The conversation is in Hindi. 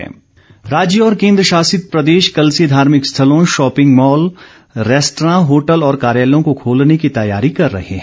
दिशा निर्देश राज्य और केंद्रशासित प्रदेश कल से धार्मिक स्थलों शॉपिंग मॉल रेस्तरां होटल और कार्यालयों को खोलने की तैयारी कर रहे हैं